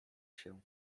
się